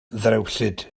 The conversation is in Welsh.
ddrewllyd